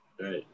Right